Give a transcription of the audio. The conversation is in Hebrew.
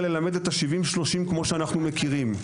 ללמד את ה-30%-70% כמו שאנחנו מכירים,